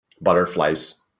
butterflies